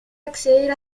acceder